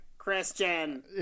Christian